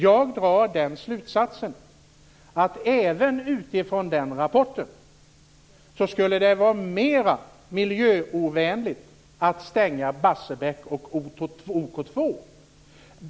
Jag drar den slutsatsen att det även utifrån denna rapport skulle vara mer miljöovänligt att stänga Barsebäck och OK 2.